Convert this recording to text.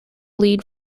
lead